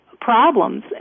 problems